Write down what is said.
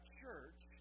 church